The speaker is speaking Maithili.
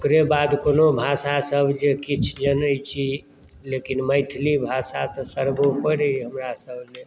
ओकरे बाद कोनो भाषा सब जे किछु जनै छी लेकिन मैथिली भाषा तऽ सर्वोपरि अहि हमरा सब लेल